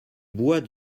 bois